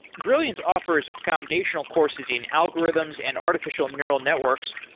brilliant offers foundational courses in algorithms and artificial neural networks,